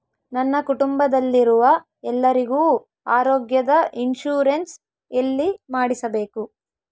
ನನ್ನ ಕುಟುಂಬದಲ್ಲಿರುವ ಎಲ್ಲರಿಗೂ ಆರೋಗ್ಯದ ಇನ್ಶೂರೆನ್ಸ್ ಎಲ್ಲಿ ಮಾಡಿಸಬೇಕು?